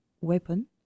weapon